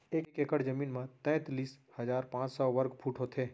एक एकड़ जमीन मा तैतलीस हजार पाँच सौ साठ वर्ग फुट होथे